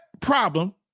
problem